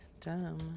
dumb